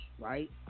Right